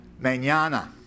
Manana